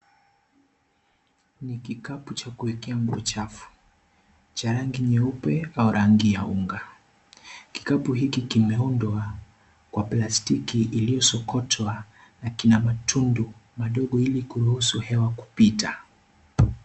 Ni kikapu cha kuekea nguo chafu cha rangi nyeupe au rangi unga, kikapu hiki kimeundwa kwa plastiki iliyosokotwa na kina matundu madogo ili kuruhusu hewa kupita.